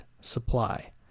supply